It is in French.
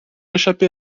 échapper